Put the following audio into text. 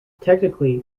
technically